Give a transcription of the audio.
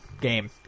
game